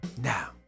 Now